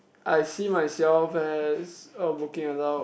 I see myself as a working adult